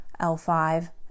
L5